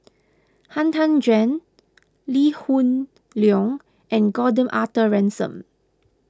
Han Tan Juan Lee Hoon Leong and Gordon Arthur Ransome